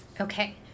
Okay